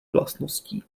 vlastností